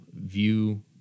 view